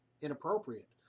inappropriate